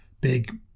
big